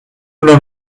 una